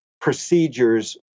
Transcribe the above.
procedures